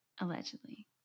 allegedly